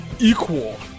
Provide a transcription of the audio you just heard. equal